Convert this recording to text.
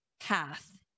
path